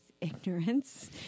ignorance